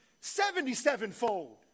seventy-sevenfold